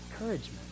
encouragement